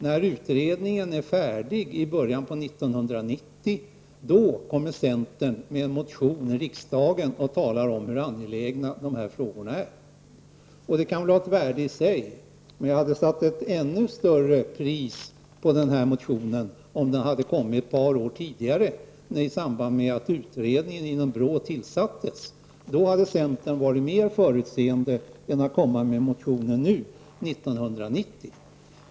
När utredningen är färdig i början av 1990, kommer centern med en motion i riksdagen och talar om hur angelägna dessa frågor är. Det kan vara ett värde i sig, men jag hade satt ett större pris på den motionen om den hade kommit ett par år tidigare, i samband med att utredningen inom BRÅ tillsattes. Då hade centern varit mera förutseende än att komma med en motion nu 1990.